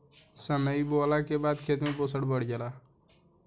सनइ बोअला के बाद खेत में पोषण बढ़ जाला